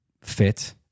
fit